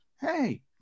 hey